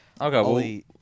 okay